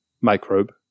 microbe